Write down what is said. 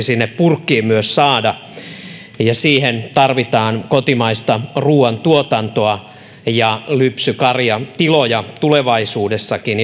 sinne purkkiin myös saada ja siihen tarvitaan kotimaista ruuantuotantoa ja lypsykarjatiloja tulevaisuudessakin